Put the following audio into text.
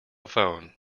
phone